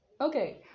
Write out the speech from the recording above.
okay